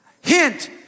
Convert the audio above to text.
Hint